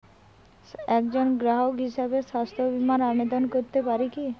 একজন গ্রাহক হিসাবে স্বাস্থ্য বিমার আবেদন করতে পারি কি?